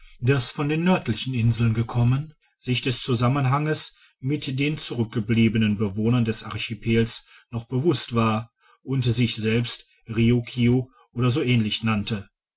das von den nördlichen inseln gekommen sich des zusammenhanges mit den zurückgebliebenen bewohnern des archipels noch bewusst war und sich selbst riukiu oder so ähnlich nannte